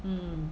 mm